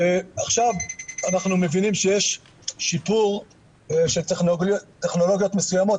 עכשיו אנחנו מבינים שיש שיפור של טכנולוגיות מסוימות.